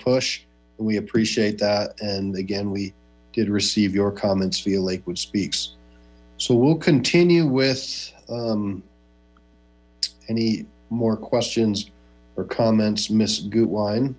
push we appreciate that and again we did receive your comments lakewood speaks so we'll continue with any more questions